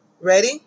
Ready